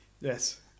Yes